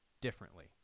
differently